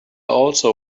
also